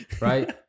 right